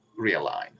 realign